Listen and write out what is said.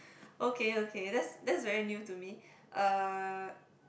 okay okay that's that's very new to me uh